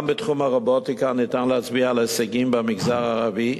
גם בתחום הרובוטיקה ניתן להצביע על הישגים במגזר הערבי.